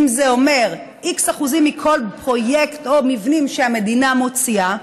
זה אומר x אחוזים מכל פרויקט או מבנים שהמדינה מוציאה,